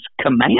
command